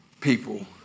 people